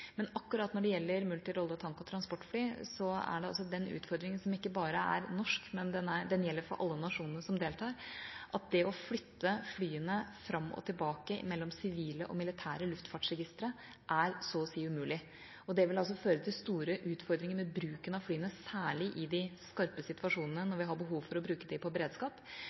Men akkurat når det gjelder multirolle tank- og transportfly, har vi den utfordringa – som ikke bare er norsk, men den gjelder for alle nasjonene som deltar – at det å flytte flyene fram og tilbake mellom sivile og militære luftfartsregistre, er så å si umulig. Det ville føre til store utfordringer ved bruken av flyene, særlig i de skarpe situasjonene, når vi har behov for å bruke dem på beredskap,